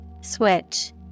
Switch